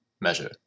measure